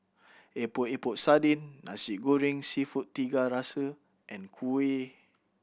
Epok Epok Sardin Nasi Goreng Seafood Tiga Rasa and kuih